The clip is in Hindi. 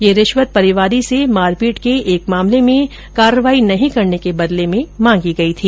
ये रिश्वत परिवादी से मारपीट के एक मामले में कार्यवाही नहीं करने के बदले में मांगी गई थी